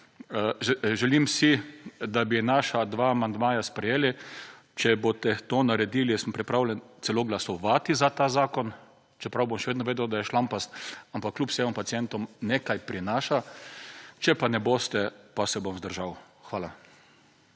Želim si, da bi naša dva amandmaja sprejeli. Če boste to naredili, jaz sem pripravljen celo glasovati za ta zakon. Čeprav bom še vedno vedel, da je šlampast, ampak kljub vsemu pacientom nekaj prinaša. Če pa ne boste, pa se bom vzdržal. Hvala.